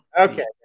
Okay